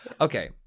Okay